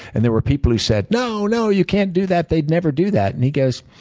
and there were people who said, no, no. you can't do that. they'd never do that. and he goes,